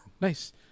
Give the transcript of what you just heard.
Nice